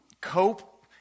cope